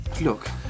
Look